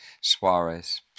Suarez